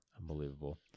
Unbelievable